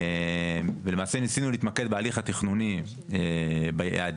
למעשה ניסינו להתמקד בהליך התכנוני ביעדים